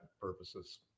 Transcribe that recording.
purposes